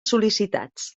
sol·licitats